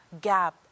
gap